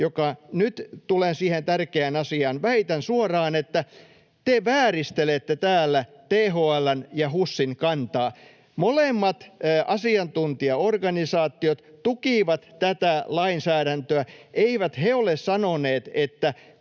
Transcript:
joka... Nyt tulen siihen tärkeään asiaan: Väitän suoraan, että te vääristelette täällä THL:n ja HUSin kantaa. Molemmat asiantuntijaorganisaatiot tukivat tätä lainsäädäntöä. Eivät he ole sanoneet, että